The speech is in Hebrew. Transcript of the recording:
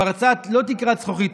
פרצה לא תקרת זכוכית,